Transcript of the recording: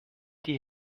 die